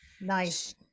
nice